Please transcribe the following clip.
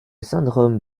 syndrome